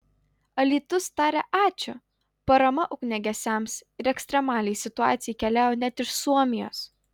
alytus taria ačiū parama ugniagesiams ir ekstremaliai situacijai keliauja net iš suomijos